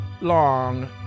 long